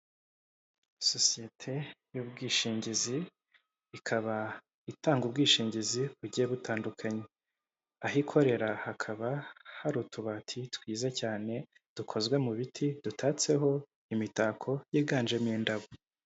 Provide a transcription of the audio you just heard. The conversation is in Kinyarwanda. Sosiyete y'ubwishingizi, ikaba itanga ubwishingizi bugiye butandukanye. Aho ikorera hakaba hari utubati twiza cyane, dukozwe mu biti dutatseho imitako yiganjemo indabo.